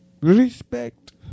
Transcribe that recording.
respect